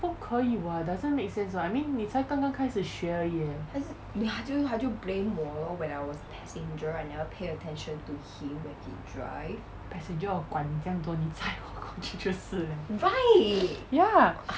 不可以 [what] doesn't make sense lah I mean 你才刚刚开始学而已 leh passenger 我管你这样多你载我过去就是 liao ya